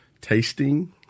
tasting